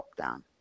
lockdown